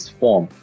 form